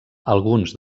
alguns